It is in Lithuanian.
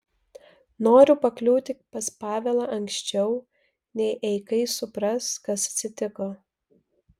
noriu pakliūti pas pavelą anksčiau nei eikai supras kas atsitiko